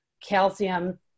calcium